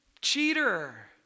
cheater